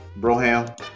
Broham